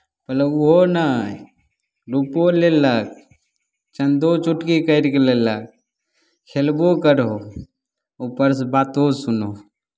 मतलब ओहो नहि रुपैओ लेलक चन्दो चुटकी करि कऽ लेलक खेलबो करहो ऊपरसँ बातो सुनहो